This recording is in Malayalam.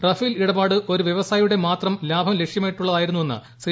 റാഫേൽ ഇടപാട് ഒരു വ്യവസായിയുടെ മാത്രം ലാഭം ലക്ഷ്യമിട്ടുള്ളത്തായിരുന്നുവെന്ന് ശ്രീ